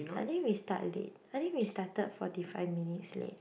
I think we start late I think we started forty five minutes late